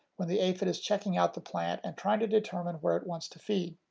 when the aphid is checking out the plant and trying to determine where it wants to feed.